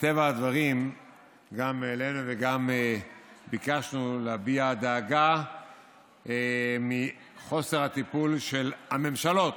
מטבע הדברים גם העלינו וגם ביקשנו להביע דאגה מחוסר הטיפול של הממשלות,